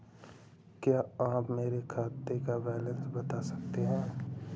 क्या आप मेरे खाते का बैलेंस बता सकते हैं?